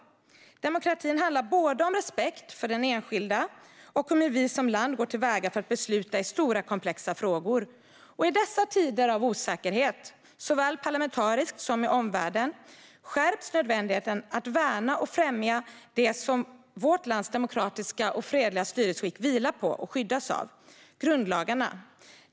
Demokratin handlar både om respekt för den enskilda och om hur vi som land går till väga för att besluta i stora, komplexa frågor. I dessa tider av osäkerhet - såväl parlamentariskt som i omvärlden - skärps nödvändigheten att värna och främja det som vårt lands demokratiska och fredliga styresskick vilar på och skyddas av: grundlagarna.